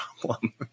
problem